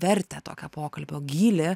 vertę tokią pokalbio gylį